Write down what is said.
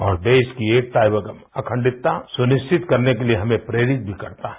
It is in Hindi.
और देश की एकता और अखंडता सुनिश्चित करने के लिए हमें प्रेरित भी करता है